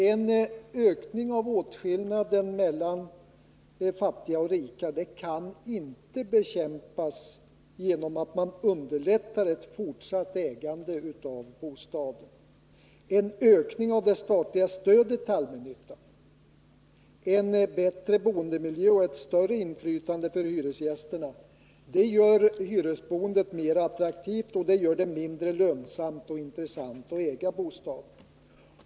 En ökning av åtskillnaden mellan de fattiga och de rika kan ju inte bekämpas genom att man underlättar ett fortsatt ägande av bostaden. En ökning av det statliga stödet till allmännyttan, en bättre boendemiljö och ett större inflytande för hyresgästerna gör däremot hyresboendet mer attraktivt, och det gör det mindre lönsamt och mindre intressant att äga bostaden.